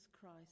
Christ